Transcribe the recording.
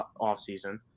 offseason